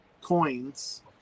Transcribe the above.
coins